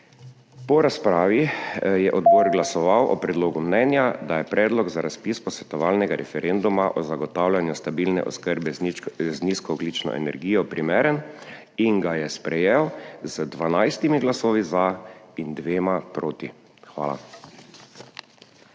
Po razpravi je odbor glasoval o predlogu mnenja, da je Predlog za razpis posvetovalnega referenduma o zagotavljanju stabilne oskrbe z nizkoogljično energijo primeren in ga sprejel z 12 glasovi za in dvema proti. Hvala.